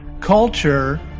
Culture